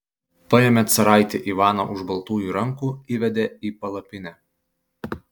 paėmė caraitį ivaną už baltųjų rankų įvedė į palapinę